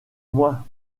moi